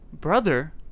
brother